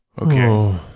Okay